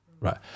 Right